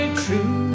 true